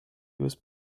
was